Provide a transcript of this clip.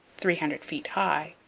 three hundred feet high.